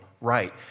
right